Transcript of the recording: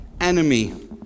enemy